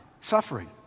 suffering